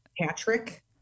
Patrick